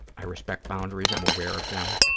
i respect boundaries. i'm aware of them.